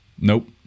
Nope